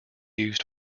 used